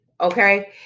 okay